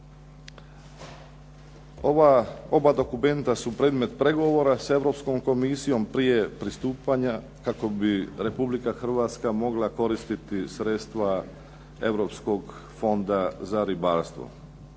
oba dokumenta su predmet pregovora sa Europskom komisijom prije pristupanja kako bi Republika Hrvatska mogla koristiti sredstva Europskog fonda za ribarstvo.